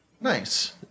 Nice